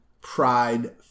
Pride